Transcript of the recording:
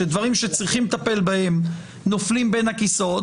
שדברים שצריכים לטפל בהם נופלים בין הכיסאות,